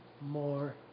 more